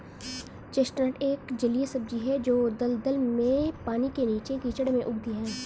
chestnut एक जलीय सब्जी है जो दलदल में, पानी के नीचे, कीचड़ में उगती है